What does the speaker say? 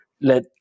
let